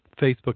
Facebook